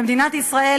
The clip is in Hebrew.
במדינת ישראל,